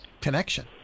connection